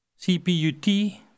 CPUT